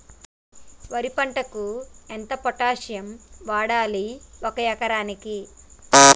వరి పంటకు ఎంత పొటాషియం వాడాలి ఒక ఎకరానికి?